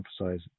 emphasize